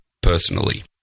personally